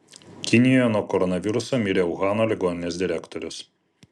kinijoje nuo koronaviruso mirė uhano ligoninės direktorius